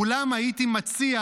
אולם הייתי מציע